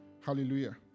Hallelujah